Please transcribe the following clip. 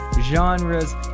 genres